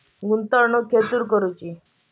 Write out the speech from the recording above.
गुंतवणुक खेतुर करूची?